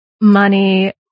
money